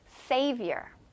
Savior